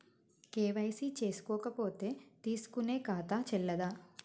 KYC చేసుకోకపోతే తీసుకునే ఖాతా చెల్లదా?